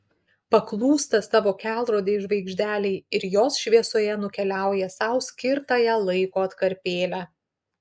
paklūsta savo kelrodei žvaigždelei ir jos šviesoje nukeliauja sau skirtąją laiko atkarpėlę